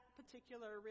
particular